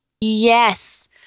Yes